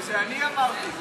את זה אני אמרתי.